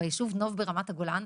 ביישוב נוף ברמת הגולן,